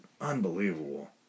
unbelievable